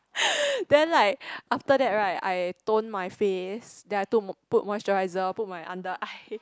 then like after that right I tone my face then I tone put moisturiser put my under eye